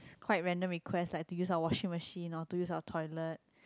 quite random requests like to use our washing machine or to use our toilet